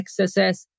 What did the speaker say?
XSS